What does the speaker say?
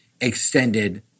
extended